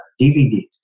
DVDs